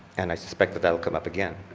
and i suspect that that will come up again.